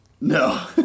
No